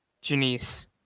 Janice